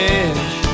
edge